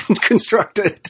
constructed